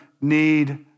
need